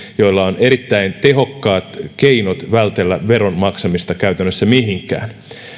joilla on erittäin tehokkaat keinot vältellä veron maksamista käytännössä mihinkään